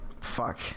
Fuck